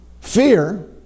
fear